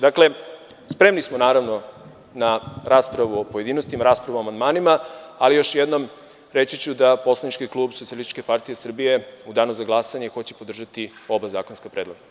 Dakle, spremni smo, naravno, na raspravu u pojedinostima, raspravu o amandmanima, ali još jednom ću reći da će poslanički klub Socijalističke partije Srbije u Danu za glasanje podržati oba zakonska predloga.